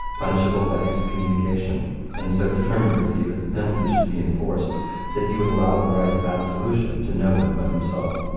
punishable by excommunication and so determined was he that the penalty should be enforced that he would allow the right of absolution to no one but himself.